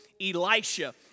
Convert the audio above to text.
Elisha